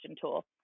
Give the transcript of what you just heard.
tool